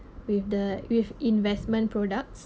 with the with investment products